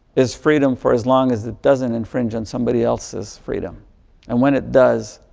is freedom for as long as it doesn't infringe on somebody else's freedom and when it does,